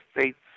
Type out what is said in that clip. States